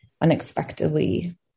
unexpectedly